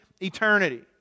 eternity